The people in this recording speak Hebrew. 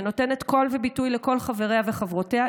שנותנת קול וביטוי לכל חבריה וחברותיה,